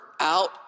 out